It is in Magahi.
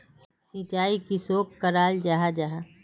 सिंचाई किसोक कराल जाहा जाहा?